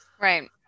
right